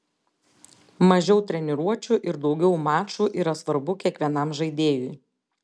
mažiau treniruočių ir daugiau mačų yra svarbu kiekvienam žaidėjui